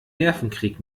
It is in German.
nervenkrieg